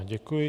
Děkuji.